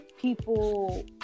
people